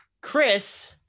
Chris